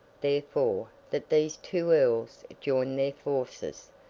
therefore, that these two earls joined their forces,